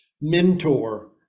mentor